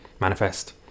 manifest